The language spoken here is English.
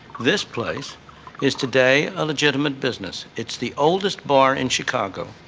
this place is today a legitimate business. it's the oldest bar in chicago.